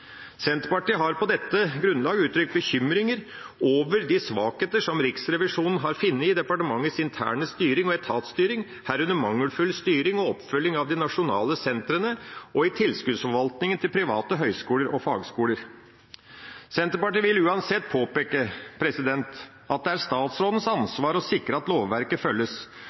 Senterpartiet har på dette grunnlag uttrykt bekymringer over de svakheter som Riksrevisjonen har funnet i departementets interne styring og etatsstyring, herunder mangelfull styring og oppfølging av de nasjonale sentrene, og i tilskuddsforvaltningen til private høyskoler og fagskoler. Senterpartiet vil uansett påpeke at det er statsrådens ansvar å sikre at lovverket følges.